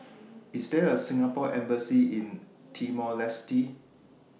IS There A Singapore Embassy in Timor Leste